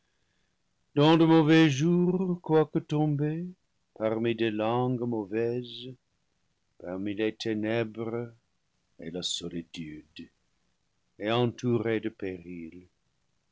dans de mauvais jours quoique tombé parmi des langues mauvaises parmi les ténèbres et la solitude et entouré de périls